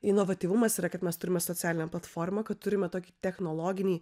inovatyvumas yra kad mes turime socialinę platformą kad turime tokį technologinį